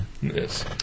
Yes